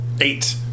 Eight